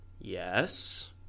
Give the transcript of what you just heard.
Yes